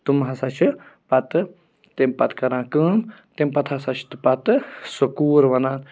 تِم ہَسا چھِ پَتہٕ تمہِ پَتہٕ کَران کٲم تَمہِ پَتہٕ ہَسا چھِ پَتہٕ سۄ کوٗر وَنان